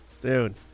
Dude